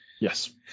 Yes